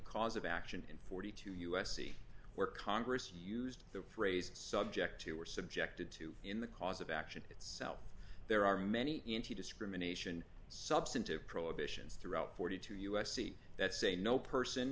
cause of action in forty two u s c where congress used the phrase subject you were subjected to in the cause of action itself there are many into discrimination substantive prohibitions throughout forty two u s c that say no person